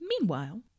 Meanwhile